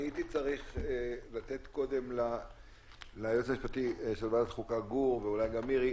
הייתי צריך לתת קודם ליועץ המשפטי של ועדת החוקה גור ואולי גם למירי,